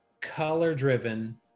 color-driven